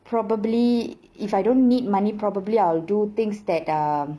probably if I don't need money probably I'll do things that um